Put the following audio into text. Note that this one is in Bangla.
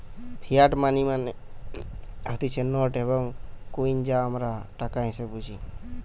ফিয়াট মানি মানে হতিছে নোট এবং কইন যা আমরা টাকা হিসেবে বুঝি